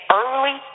early